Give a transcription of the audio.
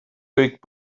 kõik